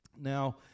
Now